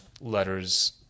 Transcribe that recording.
letters